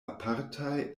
apartaj